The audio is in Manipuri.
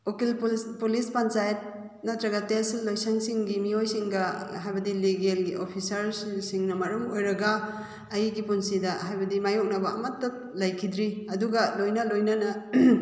ꯎꯀꯤꯜ ꯄꯨꯂꯤꯁ ꯄꯟꯆꯥꯌꯠ ꯅꯠꯇ꯭ꯔꯒ ꯇꯦꯁꯤꯜ ꯂꯣꯏꯁꯪꯒꯤ ꯃꯤꯑꯣꯏꯁꯤꯡꯒ ꯍꯥꯏꯕꯗꯤ ꯂꯤꯒꯦꯜꯒꯤ ꯑꯣꯐꯤꯁꯥꯔ ꯁꯤꯡꯁꯤꯅ ꯃꯔꯝ ꯑꯣꯏꯔꯒ ꯑꯩꯒꯤ ꯄꯨꯟꯁꯤꯗ ꯍꯥꯏꯕꯗꯤ ꯃꯥꯏꯌꯣꯛꯅꯕ ꯑꯃꯇ ꯂꯩꯈꯤꯗ꯭ꯔꯤ ꯑꯗꯨꯒ ꯂꯣꯏꯅ ꯂꯣꯏꯅꯅ